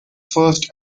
first